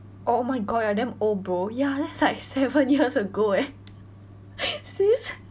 oh my god you are damn old bro ya that's like seven years ago eh sis